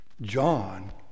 John